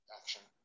action